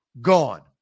gone